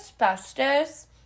asbestos